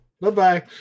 Bye-bye